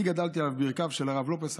אני גדלתי על ברכיו של הרב לופס.